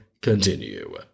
continue